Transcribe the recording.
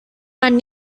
han